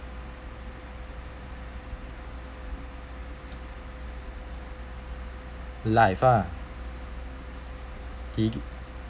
life ah david